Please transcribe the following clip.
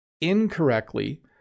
incorrectly